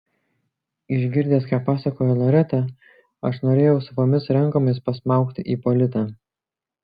išgirdęs ką pasakojo loreta aš norėjau savomis rankomis pasmaugti ipolitą